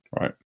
Right